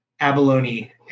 abalone